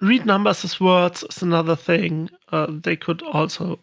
read numbers as words is another thing they could also